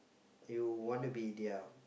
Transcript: you want to be their